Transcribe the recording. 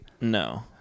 No